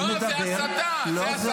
אני מדבר, לא, זאת הסתה.